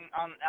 on